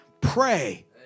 Pray